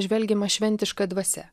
žvelgiama šventiška dvasia